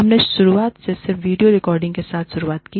हमने शुरुआत में सिर्फ वीडियो रिकॉर्डिंग के साथ शुरुआत की